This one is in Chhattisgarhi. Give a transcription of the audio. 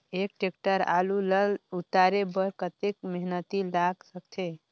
एक टेक्टर आलू ल उतारे बर कतेक मेहनती लाग सकथे?